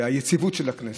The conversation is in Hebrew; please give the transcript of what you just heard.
וליציבות הכנסת,